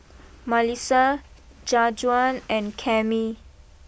Malissa Jajuan and Cammie